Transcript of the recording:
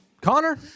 Connor